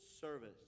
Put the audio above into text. service